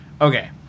okay